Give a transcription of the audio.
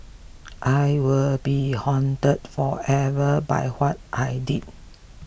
I will be haunted forever by what I did